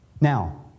Now